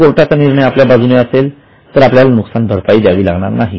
जर कोर्टाचा निर्णय आपल्या बाजूने असेल तर आपल्याला नुकसान भरपाई द्यावी लागणार नाही